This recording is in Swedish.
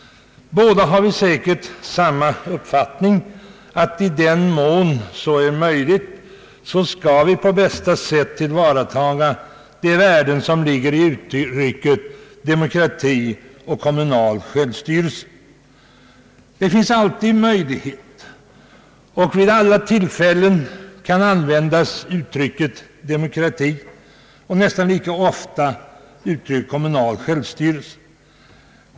Båda har vi säkert samma uppfattning så till vida att vi anser att i den mån så är möjligt skall vi på bästa sätt söka tillvarata de värden som ligger i uttrycket demokrati och kommunal självstyrelse. Vid alla tillfällen kan användas uttrycket demokrati och nästan lika ofta uttrycket kommunal självstyrelse.